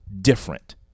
different